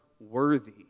worthy